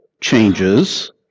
changes